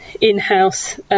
in-house